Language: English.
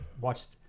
watched